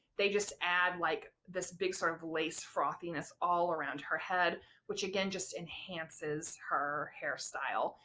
they just add like this big sort of lace frothiness all around her head which again just enhances her hairstyle.